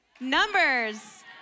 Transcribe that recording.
Numbers